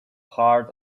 heart